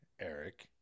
Eric